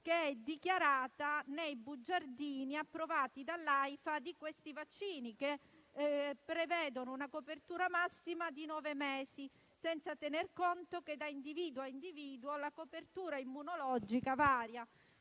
che è dichiarata nei bugiardini di questi vaccini, approvati dall'AIFA, che prevedono una copertura massima di nove mesi; senza tener conto che, da individuo a individuo, la copertura immunologica varia.